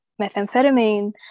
methamphetamine